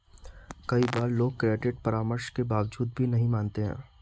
कई बार लोग क्रेडिट परामर्श के बावजूद भी नहीं मानते हैं